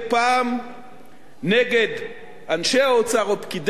נגד אנשי האוצר או פקידי האוצר, אין לה מקום.